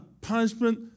punishment